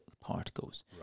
particles